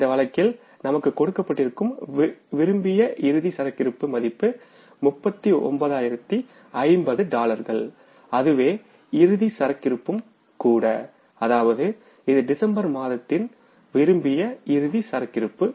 இந்த வழக்கில் நமக்கு கொடுக்கப்பட்டிருக்கும் டிசைர்ட் குளோசிங் ஸ்டாக் மதிப்பு 39050 டாலர்கள்அதுவே இறுதி சரக்கிருப்பும் கூட அதாவது இது டிசம்பர் மாதத்தின் டிசைர்ட் குளோசிங் ஸ்டாக் ஆகும்